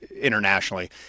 internationally